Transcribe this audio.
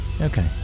Okay